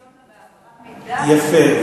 כישלון בהעברת מידע, יפה.